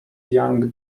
young